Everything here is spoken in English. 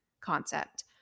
concept